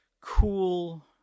cool